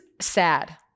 sad